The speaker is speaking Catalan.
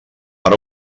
per